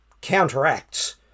counteracts